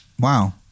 Wow